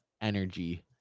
energy